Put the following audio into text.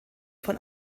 von